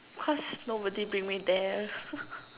cos nobody bring me there